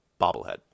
bobblehead